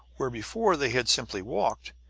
where before they had simply walked.